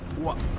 what